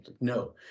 No